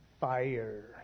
fire